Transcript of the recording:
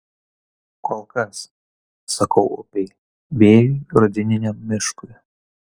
kol kas sakau upei vėjui rudeniniam miškui